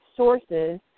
sources